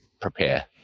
prepare